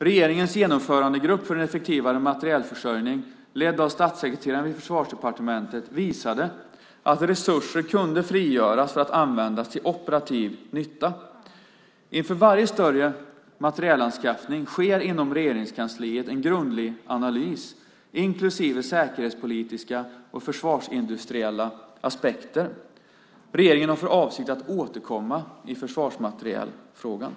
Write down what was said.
Regeringens genomförandegrupp för en effektivare materielförsörjning, ledd av statssekreteraren vid Försvarsdepartementet, visade att resurser kunde frigöras för att användas till operativ nytta. Inför varje större materielanskaffning sker inom Regeringskansliet en grundlig analys, inklusive säkerhetspolitiska och försvarsindustriella aspekter. Regeringen har för avsikt att återkomma i försvarsmaterielfrågan.